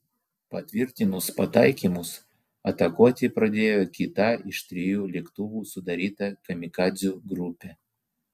patvirtinus pataikymus atakuoti pradėjo kita iš trijų lėktuvų sudaryta kamikadzių grupė